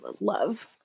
love